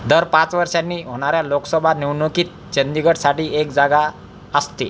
दर पाच वर्षांनी होणाऱ्या लोकसभा निवडणुकीत चंदीगडसाठी एक जागा असते